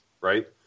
right